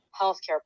healthcare